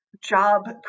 job